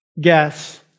guess